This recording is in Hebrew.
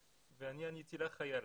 בצבא, ואמרתי לה: חייל.